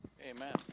Amen